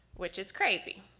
which is crazy!